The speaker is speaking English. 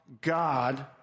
God